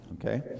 Okay